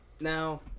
now